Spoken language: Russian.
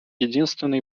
единственной